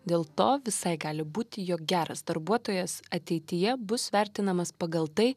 dėl to visai gali būti jog geras darbuotojas ateityje bus vertinamas pagal tai